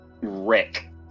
Rick